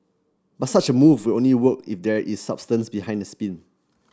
but such a move will only work if there is substance behind the spin